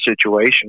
situation